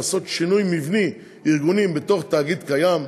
לעשות שינוי מבני וארגוני בתוך תאגיד קיים.